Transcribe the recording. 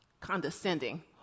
condescending